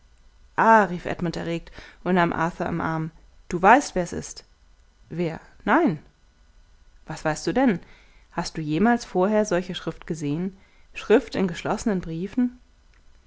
rief edmund erregt und nahm arthur am arm du weißt wer es ist wer nein was weißt du denn hast du jemals vorher solche schrift gesehen schrift in geschlossenen briefen